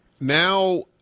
Now